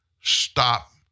stop